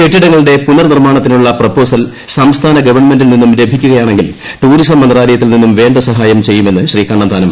കെട്ടിടങ്ങളുടെ പുനർ നിർമ്മാണത്തിനുളള പ്രൊപ്പോസൽ സംസ്ഥാന ഗവൺമെന്റിൽ നിന്നും ലഭിക്കുകയാണെങ്കിൽ ടൂറിസം മന്ത്രാലയത്തിൽ നിന്നും വേണ്ട സഹായം ചെയ്യുമെന്നു ശ്രീ കണ്ണന്താനം പറഞ്ഞു